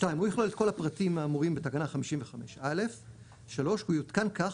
הוא יכלול את הפרטים האמורים בתקנה 55(א); הוא יותקן כך